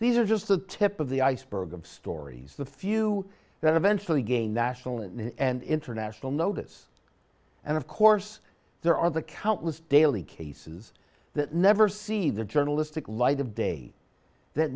these are just the tip of the iceberg of stories the few that eventually gain national in and international notice and of course there are the countless daily cases that never see the journalistic light of day that